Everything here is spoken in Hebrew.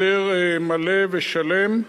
יותר מלא ושלם.